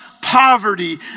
poverty